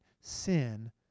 sin